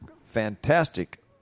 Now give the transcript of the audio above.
fantastic